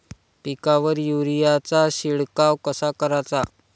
पिकावर युरीया चा शिडकाव कसा कराचा?